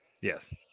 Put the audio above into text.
yes